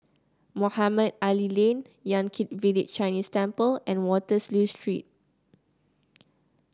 Mohamed Ali Lane Yan Kit Village Chinese Temple and Waterloo Street